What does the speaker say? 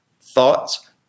thoughts